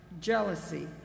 jealousy